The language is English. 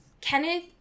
Kenneth